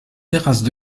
terrasses